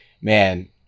man